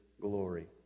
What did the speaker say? glory